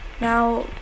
Now